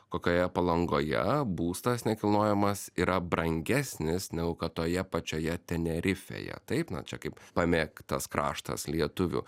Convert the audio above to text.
kokioje palangoje būstas nekilnojamas yra brangesnis negu kad toje pačioje tenerifėje taip na čia kaip pamėgtas kraštas lietuvių